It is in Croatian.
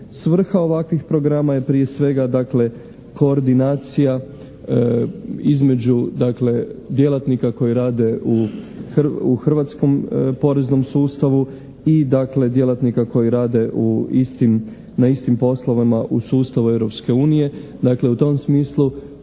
Svrha ovakvih programa je prije svega dakle koordinacija između dakle djelatnika koji rade u hrvatskom poreznom sustavu i dakle djelatnika koji rade u istim, na istim poslovima u sustavu